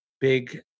big